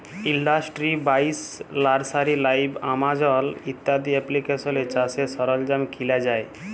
industry বাইশ, nursery live, Amazon ইত্যাদি এপ্লিকেশলে চাষের সরল্জাম কিলা যায়